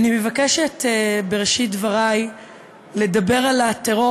אני מבקשת בראשית דברי לדבר על הטרור